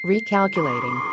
Recalculating